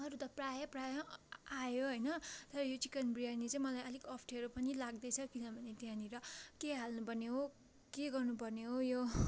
अरू त प्राय प्राय आयो होइन तर यो चिकन बिरियानी चाहिँ मलाई अलिक अप्ठ्यारो पनि लाग्दैछ किनभने त्यहाँनिर के हाल्नुपर्ने हो के गर्नुपर्ने हो यो